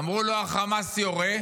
אמרו לו: החמאס יורה.